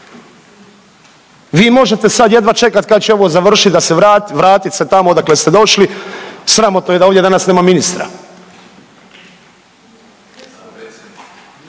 Vi možete sad jedva čekat kad će ovo završit da se vrat…, vratit se tamo odakle ste došli, sramotno je da ovdje danas nema ministra.